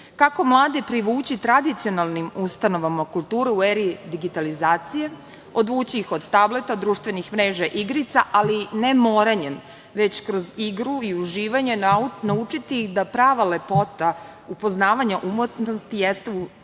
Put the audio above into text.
kako mlade privući tradicionalnim ustanovama kulture u eri digitalizacije, odvući ih od tableta, društvenih mreža i igrica, ali i ne moranjem, već kroz igru i uživanje naučiti ih da prava lepota upoznavanja umetnosti jeste u